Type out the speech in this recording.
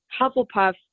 Hufflepuff